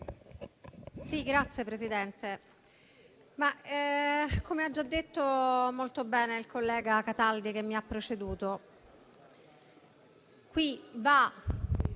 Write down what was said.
Signor Presidente - come ha già detto molto bene il collega Cataldi che mi ha preceduto - qui va